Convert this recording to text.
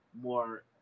more